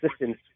assistance